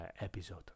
episode